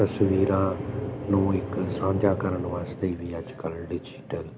ਤਸਵੀਰਾਂ ਨੂੰ ਇੱਕ ਸਾਂਝਾ ਕਰਨ ਵਾਸਤੇ ਵੀ ਅੱਜ ਕੱਲ੍ਹ ਡਿਜੀਟਲ